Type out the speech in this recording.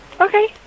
Okay